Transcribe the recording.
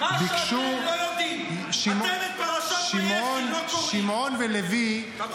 --- אבל בפרשת ויחי הוא אמר אמירה מוסרית וערכית,